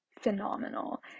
phenomenal